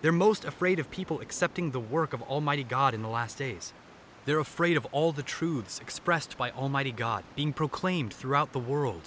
they're most afraid of people accepting the work of almighty god in the last days they're afraid of all the truths expressed by almighty god being proclaimed throughout the world